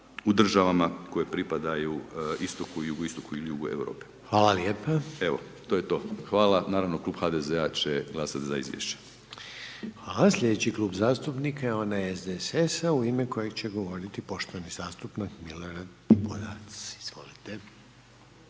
u državama koje pripadaju istoku, jugoistoku ili jugu Europe. Evo to je to, naravno Klub HDZ-a će glasati za izvješće. **Reiner, Željko (HDZ)** Hvala lijepa. A sljedeći Klub zastupnika je onaj SDSS-a u ime kojeg će govoriti poštovani zastupnik Milorad Pupovac, izvolite.